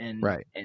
Right